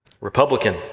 Republican